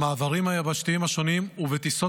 במעברים היבשתיים השונים ובטיסות